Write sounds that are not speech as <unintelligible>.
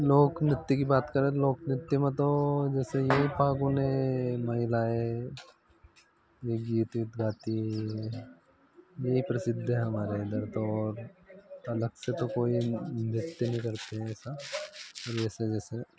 लोकनृत्य की बात करें लोकनृत्य में तो जैसे यह फागुने महिलाएँ यह गीत इत गाती हैं यही प्रसिद्ध है हमारे इधर तो अलग से तो कोई <unintelligible> नहीं करते ऐसा और जैसे जैसे